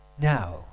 Now